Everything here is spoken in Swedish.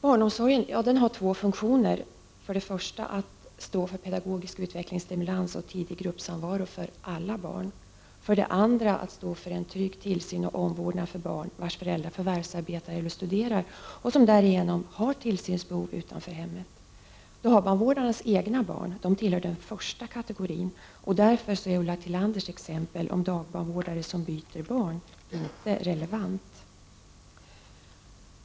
Barnomsorgen har två funktioner. För det första skall den stå för pedagogisk utvecklingsstimulans och tidig gruppsamvaro för alla barn, och för det andra skall den svara för en trygg tillsyn och omvårdnad för barn vars föräldrar förvärvsarbetar eller studerar och som därför har behov av tillsyn utanför hemmet. Dagbarnvårdarnas egna barn tillhör den första kategorin, och där för är Ulla Tillanders exempel om dagbarnvårdare som byter barn inte relevant.